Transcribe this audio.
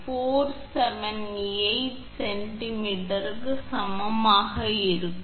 479 சென்டிமீட்டருக்கு சமமாக இருக்கும்